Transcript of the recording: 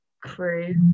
crew